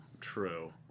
True